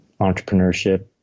entrepreneurship